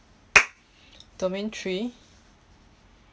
domain three